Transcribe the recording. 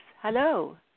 Hello